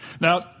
Now